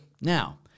Now